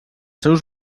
seus